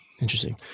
Interesting